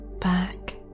back